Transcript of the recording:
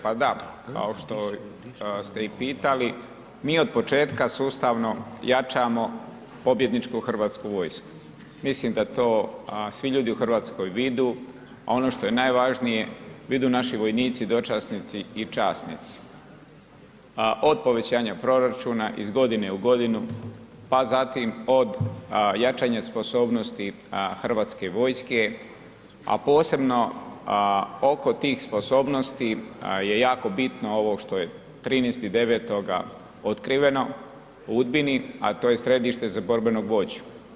Pa da, kao što ste i pitali mi od početka sustavno jačamo pobjedničku Hrvatsku vojsku, mislim da to svi ljudi u Hrvatskoj vide, a ono što je najvažnije vide naši vojnici, dočasnici i časnici od povećanja proračuna iz godine u godinu, pa zatim od jačanja sposobnosti Hrvatske vojske, a posebno oko tih sposobnosti je jako bitno ovo što je 13.9. otkriveno u Udbini, a to je Središte za borbenog vođu.